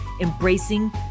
embracing